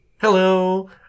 Hello